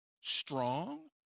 strong